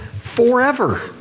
forever